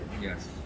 Yes